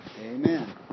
Amen